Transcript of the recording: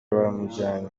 baramujyanye